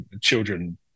children